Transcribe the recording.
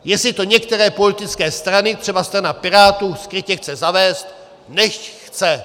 Jestli to některé politické strany, třeba strana Pirátů skrytě chce zavést, nechť chce!